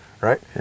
Right